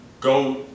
Go